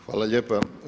Hvala lijepa.